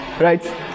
right